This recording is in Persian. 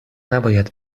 نباید